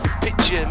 picture